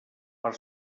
per